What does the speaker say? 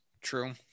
True